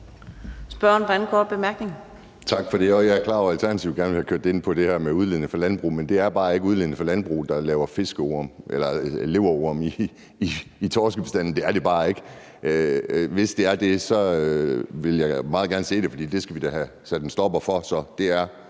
Edberg Andersen (DD): Tak for det. Og jeg er klar over, at Alternativet gerne vil have kørt den ind på det der med udledning fra landbruget, men det er bare ikke udledning fra landbruget, der laver leverorm i torskebestanden. Det er det bare ikke. Hvis det er det, vil jeg meget gerne se det, for det skal vi da have sat en stopper for